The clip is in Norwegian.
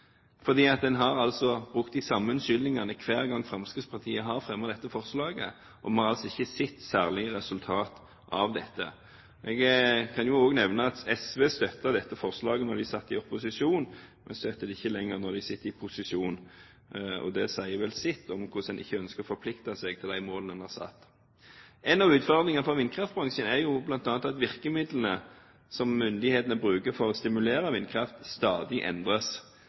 En har altså brukt de samme unnskyldningene hver gang Fremskrittspartiet har fremmet dette forslaget, og vi har altså ikke sett særlige resultater av dette. Jeg kan også nevne at SV støttet dette forslaget da de satt i opposisjon, men støtter det ikke lenger når de sitter i posisjon. Det sier vel sitt om at en ikke ønsker å forplikte seg til de målene man har satt. En av utfordringene for vindkraftbransjen er jo bl.a. at virkemidlene som myndighetene bruker for å stimulere vindkraft, stadig endres.